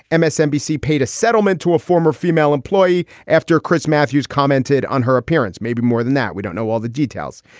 and msnbc paid a settlement to a former female employee after chris matthews commented on her appearance. maybe more than that. we don't know all the details.